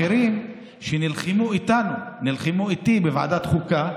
אחרים שנלחמו איתנו, נלחמו איתי בוועדת החוקה,